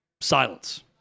silence